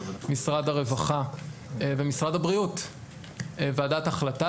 משרד הרווחה ומשרד הבריאות ועדת החלטה